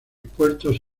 puertos